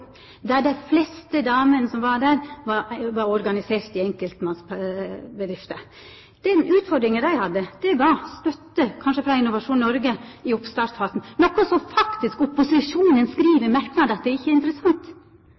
dei fleste damene som var der, var organiserte i enkeltmannsbedrifter. Den utfordringa dei hadde, var støtte – kanskje frå Innovasjon Norge – i oppstartsfasen, noko som opposisjonen faktisk skriv i merknadene ikkje er interessant.